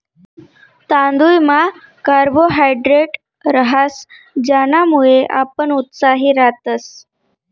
तांदुयमा कार्बोहायड्रेट रहास ज्यानामुये आपण उत्साही रातस